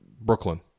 Brooklyn